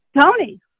Tony